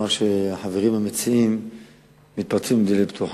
שהחברים המציעים מתפרצים לדלת פתוחה,